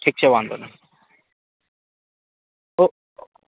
ઠીક છે વાંધો નહીં ઓ